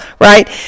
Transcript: right